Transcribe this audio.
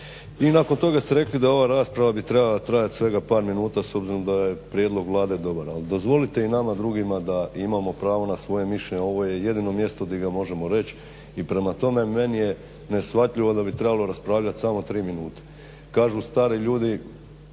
I nakon toga ste rekli da bi ova rasprava trebala trajati svega par minuta s obzirom da je prijedlog Vlade dobar, ali dozvolite i nama drugima da imamo pravo na svoje mišljenje. Ovo je jedino mjesto gdje ga možemo reći i prema tome meni je neshvatljivo da bi trebalo raspravljati samo tri minute. Kažu stari ljudi